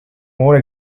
more